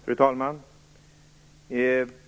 Fru talman!